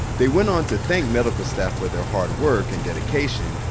they went on to thank medical staff for their hard work and dedication,